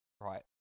right